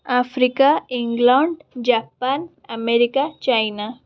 Africa England Japan America China